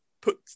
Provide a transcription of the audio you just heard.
put